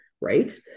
right